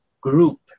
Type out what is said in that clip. group